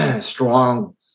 strong